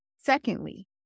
Secondly